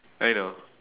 I know